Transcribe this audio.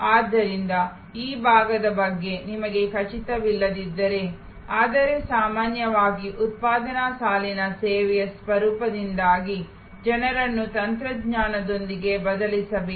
ಆದ್ದರಿಂದ ಈ ಭಾಗದ ಬಗ್ಗೆ ನಿಮಗೆ ಖಚಿತವಿಲ್ಲದಿದ್ದರೆ ಆದರೆ ಸಾಮಾನ್ಯವಾಗಿ ಉತ್ಪಾದನಾ ಸಾಲಿನ ಸೇವೆಯ ಸ್ವರೂಪದಿಂದಾಗಿ ಜನರನ್ನು ತಂತ್ರಜ್ಞಾನದೊಂದಿಗೆ ಬದಲಿಸಬೇಡಿ